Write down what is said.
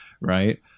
right